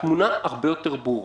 התמונה הרבה יותר ברורה.